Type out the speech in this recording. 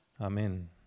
amen